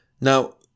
Now